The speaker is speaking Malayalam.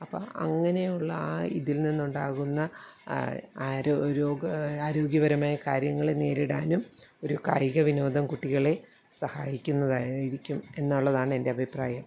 അപ്പം അങ്ങനെയുള്ള ആ ഇതിൽ നിന്നുണ്ടാകുന്ന രോഗ ആരോഗ്യപരമായ കാര്യങ്ങളെ നേരിടാനും ഒരു കായികവിനോദം കുട്ടികളെ സഹായിക്കുന്നതായിരിക്കും എന്നുള്ളതാണെന്റെ അഭിപ്രായം